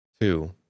two